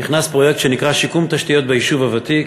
נכנס פרויקט שנקרא שיקום תשתיות ביישוב הוותיק,